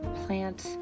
plant